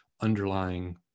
underlying